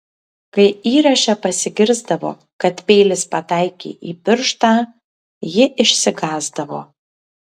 kai įraše pasigirsdavo kad peilis pataikė į pirštą ji išsigąsdavo